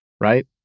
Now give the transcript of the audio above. right